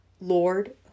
Lord